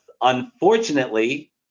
unfortunately